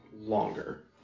longer